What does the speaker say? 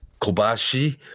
Kobashi